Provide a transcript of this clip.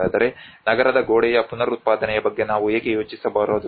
ಹಾಗಾದರೆ ನಗರದ ಗೋಡೆಯ ಪುನರುತ್ಪಾದನೆಯ ಬಗ್ಗೆ ನಾವು ಏಕೆ ಯೋಚಿಸಬಾರದು